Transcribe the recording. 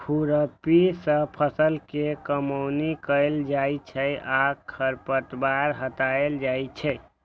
खुरपी सं फसल के कमौनी कैल जाइ छै आ खरपतवार हटाएल जाइ छै